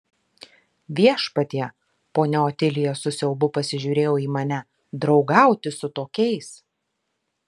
viešpatie ponia otilija su siaubu pasižiūrėjo į mane draugauti su tokiais